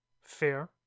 Fair